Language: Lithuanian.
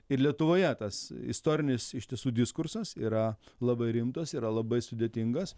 ir lietuvoje tas istorinis iš tiesų diskursas yra labai rimtas yra labai sudėtingas